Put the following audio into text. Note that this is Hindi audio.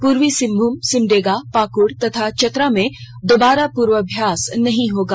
पूर्वी सिंहभूम सिमडेगा पाकुड़ तथा चतरा में दोबारा प्रर्वाभ्यास नहीं होगा